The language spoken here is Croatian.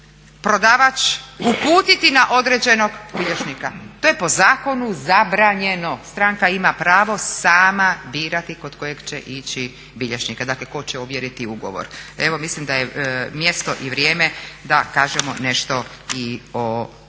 prodavač uputiti na određenog bilježnika. To je po zakonu zabranjeno, stranka ima pravo sama birati kod kojeg će ići bilježnika, dakle tko će ovjeriti ugovor. Evo, mislim da je mjesto i vrijeme da kažemo nešto i o tome.